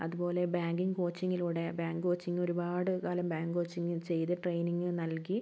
അതുപോലെ ബാങ്കിങ് കോച്ചിങ്ങിലൂടെ bank coaching ഒരുപാട് കാലം ബാങ്ക് കോച്ചിങ് ചെയ്ത് ട്രെയിനിങ് നൽകി